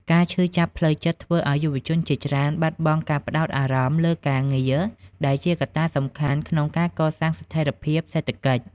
ការឈឺចាប់ផ្លូវចិត្តធ្វើឱ្យយុវជនជាច្រើនបាត់បង់ការផ្តោតអារម្មណ៍លើការងារ ដែលជាកត្តាសំខាន់ក្នុងការកសាងស្ថិរភាពសេដ្ឋកិច្ច។